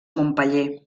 montpeller